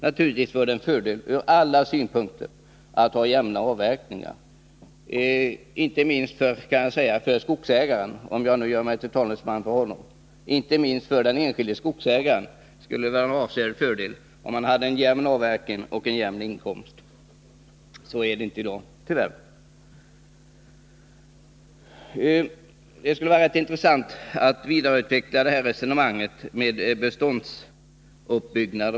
Naturligtvis vore det en fördel ur alla synpunkter att ha jämna avverkningar — inte minst för skogsägaren, om jag nu skall göra mig till talesman för denne. Inte minst för den enskilde skogsägaren skulle det vara en avsevärd fördel att ha en jämn avverkning och en jämn inkomst. Så är det inte i dag, tyvärr. Det skulle vara rätt intressant att vidareutveckla resonemanget om beståndsuppbyggnad.